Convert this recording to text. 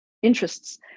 Interests